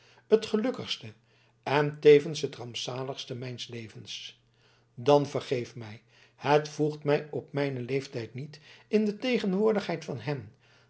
het gelukkigste en tevens het rampzaligste mijns levens dan vergeef mij het voegt mij op mijnen leeftijd niet in de tegenwoordigheid van hen